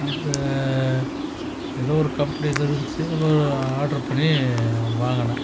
அந்த ஏதோ ஒரு கம்பெனி தெரிஞ்சிச்சு அப்பறம் ஆர்டர் பண்ணி வாங்கினேன்